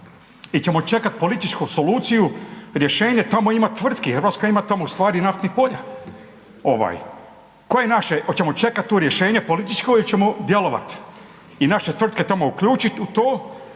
ćemo čekati političku soluciju, rješenje, tamo ima tvrtki, Hrvatska ima tamo ustvari naftnih polja. Hoćemo čekat tu rješenje političko ili ćemo djelovat i naše tvrtke tamo uključit u to,